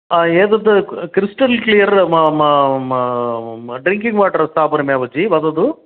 हा एतत् crystal clear drinking water स्थापनमेव जी वदतु